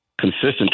consistent